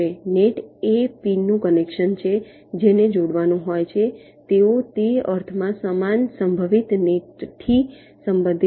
net એ પિનનું connection છે જેને જોડવાનું હોય છે તેઓ તે અર્થમાં સમાન સંભવિત નેટથી સંબંધિત છે